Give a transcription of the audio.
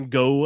go